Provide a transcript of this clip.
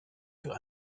für